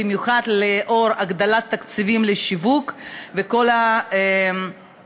במיוחד לאור הגדלת תקציבים לשיווק וכל העבודה